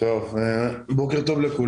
בוקר טוב.